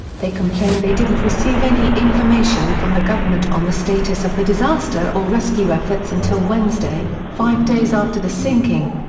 they complained they didn't receive any information from the government on the status of the disaster or rescue efforts until wednesday, five days after the sinking.